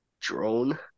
drone